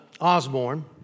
Osborne